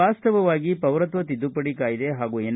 ವಾಸ್ತವವಾಗಿ ಪೌರತ್ವ ತಿದ್ದುಪಡಿ ಕಾಯ್ದೆ ಹಾಗೂ ಎನ್